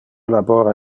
labora